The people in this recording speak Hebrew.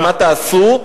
מה תעשו?